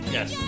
Yes